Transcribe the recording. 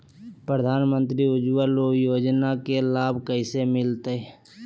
प्रधानमंत्री उज्वला योजना के लाभ कैसे मैलतैय?